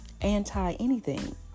anti-anything